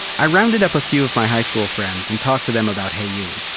i rounded up a few of my high school friends and talk to them about heyoon.